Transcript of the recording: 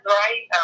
right